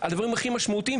שיהיו דוגמאות אחרות.